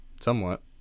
Somewhat